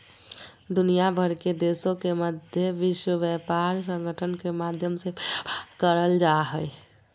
दुनिया भर के देशों के मध्य विश्व व्यापार संगठन के माध्यम से व्यापार करल जा हइ